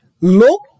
look